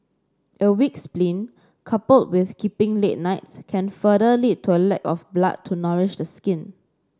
a weak spleen coupled with keeping late nights can further lead to a lack of blood to nourish the skin